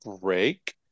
break